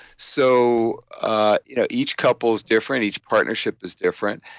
so ah you know each couple's different, each partnership is different,